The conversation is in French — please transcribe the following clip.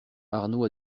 arnaud